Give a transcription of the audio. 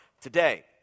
today